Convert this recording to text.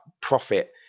profit